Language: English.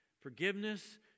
forgiveness